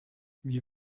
wir